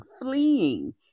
fleeing